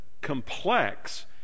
complex